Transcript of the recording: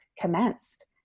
commenced